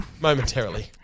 momentarily